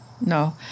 No